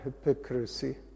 hypocrisy